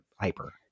hyper